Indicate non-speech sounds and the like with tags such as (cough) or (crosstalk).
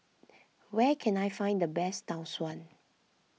(noise) where can I find the best Tau Suan